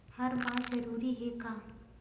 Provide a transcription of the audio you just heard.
हर बार जरूरी हे का?